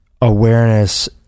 awareness